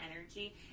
energy